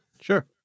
sure